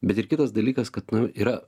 bet ir kitas dalykas kad nu yra